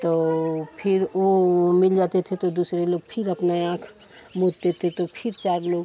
तो फ़िर वह मिल जाते थे तो दुसरे लोग फ़िर अपना आँख मूंदते थे तो फ़िर चार लोग